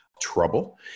trouble